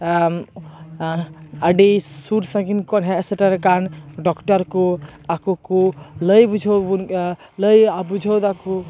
ᱟᱹᱰᱤ ᱥᱩᱨ ᱥᱟᱹᱜᱤᱧ ᱠᱷᱚᱱ ᱦᱮᱡ ᱥᱮᱴᱮᱨ ᱟᱠᱟᱱ ᱰᱚᱠᱴᱚᱨ ᱠᱚ ᱟᱠᱚ ᱠᱩ ᱞᱟᱹᱭ ᱵᱩᱡᱷᱟᱹᱣ ᱟᱵᱩᱱ ᱞᱟᱹᱭ ᱵᱩᱡᱷᱟᱣ ᱮᱫᱟ ᱠᱩ